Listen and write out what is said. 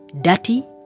dirty